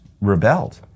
rebelled